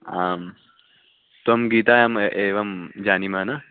आं त्वं गीतायाम् एवं जानीमः न